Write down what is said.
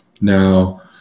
Now